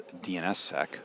DNSSEC